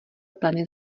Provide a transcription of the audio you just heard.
pleny